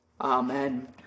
Amen